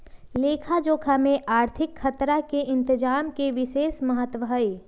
लेखा जोखा में आर्थिक खतरा के इतजाम के विशेष महत्व हइ